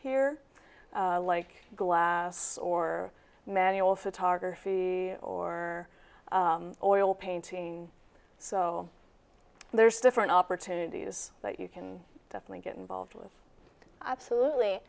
here like glass or manual photography or oil painting so there's different opportunities that you can definitely get involved with absolutely